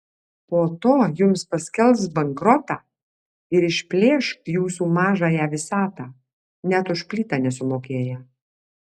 po to jums paskelbs bankrotą ir išplėš jūsų mažąją visatą net už plytą nesumokėję